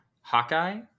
hawkeye